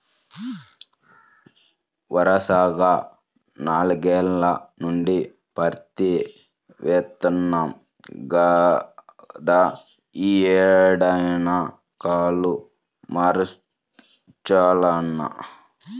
వరసగా నాల్గేల్ల నుంచి పత్తే యేత్తన్నాం గదా, యీ ఏడన్నా కాలు మార్చాలన్నా